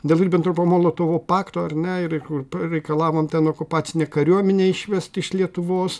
dėl ribentropo molotovo pakto ar ne ir kur pareikalavom ten okupacinę kariuomenę išvest iš lietuvos